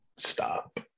stop